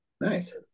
nice